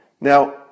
Now